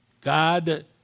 God